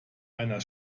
einer